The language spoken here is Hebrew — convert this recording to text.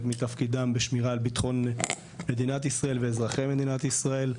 מתפקידם על שמירה על ביטחון מדינת ישראל ואזרחי מדינת ישראל,